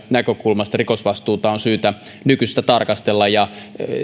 näkökulmasta rikosvastuuta on syytä nykyisestä tarkastella